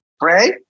pray